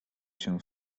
się